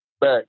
Back